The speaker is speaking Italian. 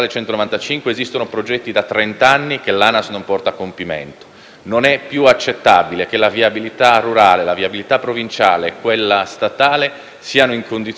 Non è più accettabile che la viabilità rurale, provinciale e quella statale siano in condizioni di abbandono pietoso.